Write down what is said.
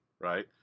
right